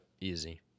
easy